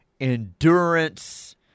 endurance